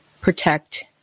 protect